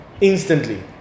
Instantly